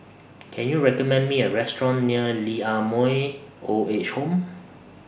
Can YOU recommend Me A Restaurant near Lee Ah Mooi Old Age Home